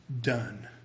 Done